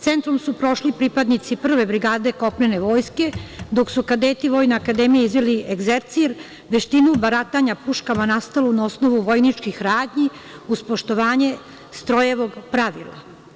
Centrom su prošli pripadnici Prve brigade kopnene Vojske, dok su kadeti Vojne akademije izveli egzercir, veštinu baratanja puškama nastalu na osnovu vojničkih radnji uz poštovanje strojevih pravila.